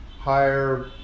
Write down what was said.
higher